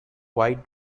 wide